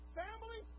family